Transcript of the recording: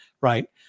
right